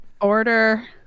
Order